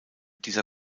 dieser